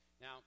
Now